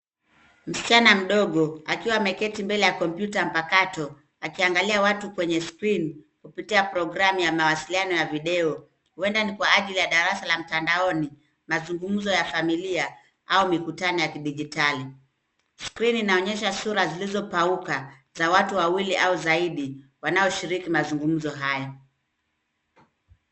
Msichana mdogo akiwa ameketi mbele ya kompyuta mpakato akiangalia watu kwenye skrini kupitia programu ya mawasiliano ya video. Huenda ni kwa ajili ya darasa la mtandaoni, mazungumzo ya familia au mikutano ya kidijitali. Skrini inaonyesha sura zilizopauka za watu wawili au zaidi wanaoshiriki mazungumzo hayo.